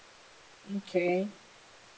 okay